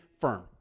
firm